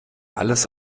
alles